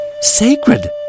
sacred